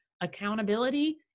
accountability